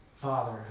father